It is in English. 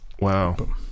Wow